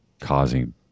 causing